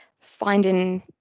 finding